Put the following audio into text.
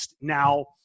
Now